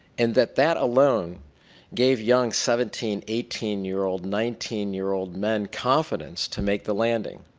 and that that alone gave young seventeen, eighteen year old, nineteen year old men confidence to make the landing.